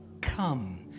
come